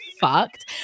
fucked